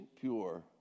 pure